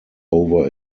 over